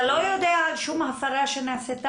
אתה לא יודע על שום הפרה שנעשתה?